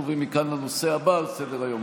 אנחנו עוברים מכאן לנושא הבא על סדר-היום,